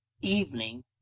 evening